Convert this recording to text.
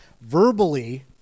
verbally